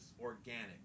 organic